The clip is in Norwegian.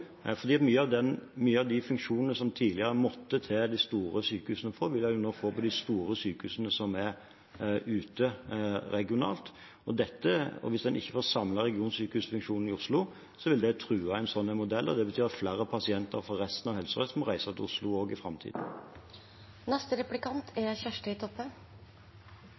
av de funksjonene som man tidligere måtte til de store sykehusene for, har man nå på de store sykehusene regionalt. Hvis man ikke får samlet regionsykehusfunksjonen i Oslo, vil det true en slik modell, og det vil bety at flere pasienter fra resten av Helse Sør-Øst må reise til Oslo også i